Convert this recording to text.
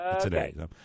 today